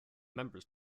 members